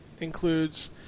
includes